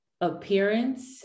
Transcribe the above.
appearance